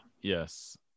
Yes